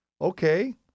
Okay